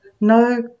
no